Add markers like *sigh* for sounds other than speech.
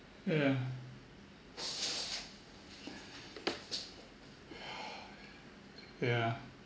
yeah *breath* yeah